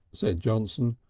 said johnson.